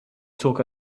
talk